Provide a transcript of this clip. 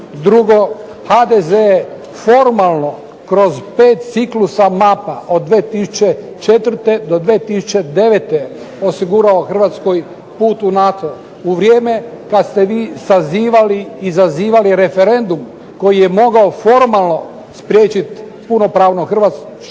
Drugo, HDZ je formalno kroz pet ciklusa mapa od 2004. do 2009. osigurao Hrvatskoj put u NATO, u vrijeme kad ste vi sazivali i zazivali referendum koji je mogao formalno spriječit punopravno hrvatsko